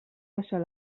baixar